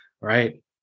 right